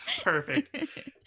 Perfect